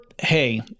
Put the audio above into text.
hey